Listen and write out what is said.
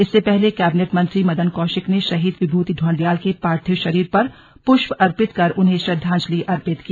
इससे पहले कैबिर्नेट मंत्री मदन कौशिक ने शहीद विभूति ढौंडियाल के पार्थिव शरीर पर पृष्प अर्पित कर उन्हें श्रद्वांजलि अर्पित की